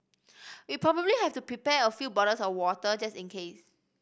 we probably have to prepare a few bottles of water just in case